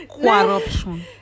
Corruption